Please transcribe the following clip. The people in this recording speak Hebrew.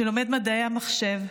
שלומד מדעי המחשב,